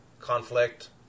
conflict